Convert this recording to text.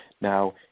Now